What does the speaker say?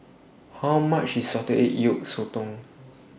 How much IS Salted Egg Yolk Sotong